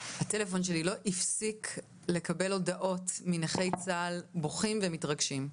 הטלפון שלי לא הפסיק לקבל הודעות מנכי צה"ל בוכים ומתרגשים.